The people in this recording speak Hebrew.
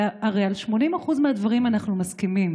הרי על 80% מהדברים אנחנו מסכימים,